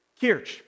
Kirch